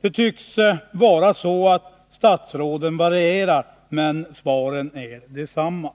Det tycks vara så, att statsråden varierar, men svaren är desamma.